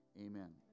Amen